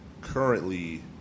currently